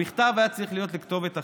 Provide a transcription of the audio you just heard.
המכתב היה צריך להיות לכתובת אחרת,